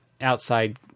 outside